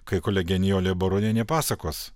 kai kolegė nijolė baronienė pasakos